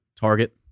Target